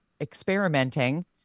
experimenting